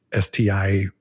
STI